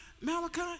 Malachi